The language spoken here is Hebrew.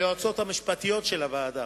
אני מודה ליועצות המשפטיות של הוועדה,